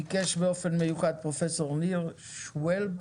ביקש באופן מיוחד פרופ' ניר שוולב.